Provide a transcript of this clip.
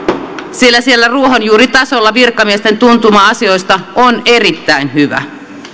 sillä siellä ruohonjuuritasolla virkamiesten tuntuma asioista on erittäin hyvä